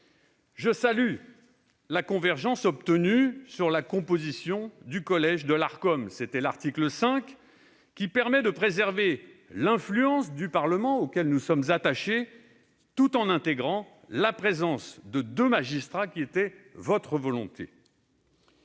Je salue la convergence obtenue sur la composition du collège de l'Arcom à l'article 5, qui permet de préserver l'influence du Parlement, à laquelle nous sommes attachés, tout en intégrant la présence de deux magistrats, conformément à la volonté